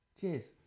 Cheers